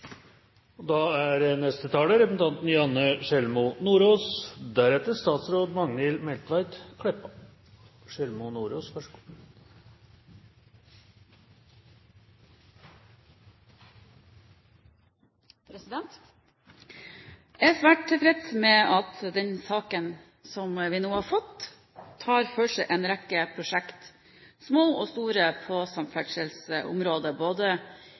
Jeg er svært tilfreds med at den saken vi nå har fått, tar for seg en rekke prosjekter, små og store, på samferdselsområdet innen både